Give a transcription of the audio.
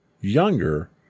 younger